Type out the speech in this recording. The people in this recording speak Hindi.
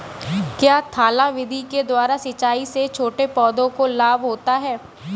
क्या थाला विधि के द्वारा सिंचाई से छोटे पौधों को लाभ होता है?